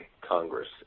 Congress